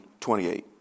28